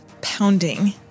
pounding